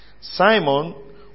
Simon